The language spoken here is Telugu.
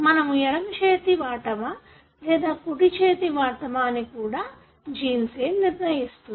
మనము ఎడమ చేతి వాటమా లేదా కుడి చేతి వాటమా అని కూడా జీన్సే నిర్ణయిస్తుంది